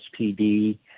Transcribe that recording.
SPD